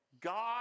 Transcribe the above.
God